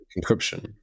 encryption